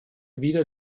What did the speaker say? wieder